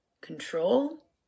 Control